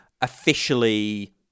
officially